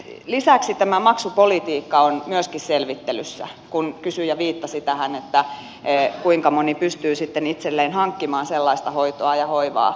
lisäksi tämä maksupolitiikka on myöskin selvittelyssä kun kysyjä viittasi siihen että kuinka moni pystyy sitten itselleen hankkimaan sellaista hoitoa ja hoivaa